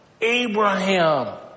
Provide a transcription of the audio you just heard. Abraham